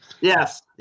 Yes